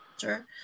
Sure